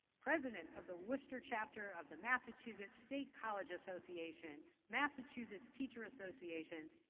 president of the worcester chapter of the massachusetts state college association, massachusetts teacher association,